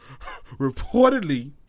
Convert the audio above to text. Reportedly